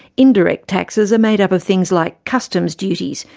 indirect taxes are made up of things like customs duties,